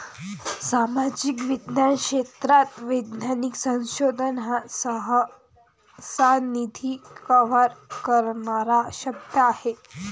सामाजिक विज्ञान क्षेत्रात वैज्ञानिक संशोधन हा सहसा, निधी कव्हर करणारा शब्द आहे